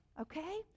okay